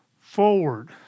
forward